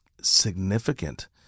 significant